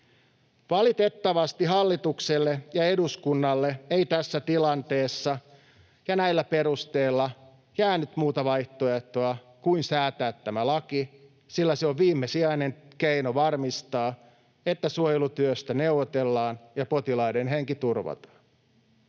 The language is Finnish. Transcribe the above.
Valitettavasti hallitukselle ja eduskunnalle ei tässä tilanteessa ja näillä perusteilla jäänyt muuta vaihtoehtoa kuin säätää tämä laki, sillä se on viimesijainen keino varmistaa, että suojelutyöstä neuvotellaan ja potilaiden henki turvataan.